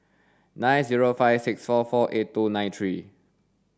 nine zero five six four four eight two nine three